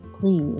please